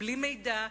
בלי מידע,